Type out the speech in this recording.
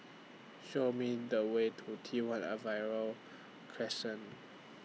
Show Me The Way to T one Arrival Crescent